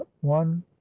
one